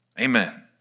Amen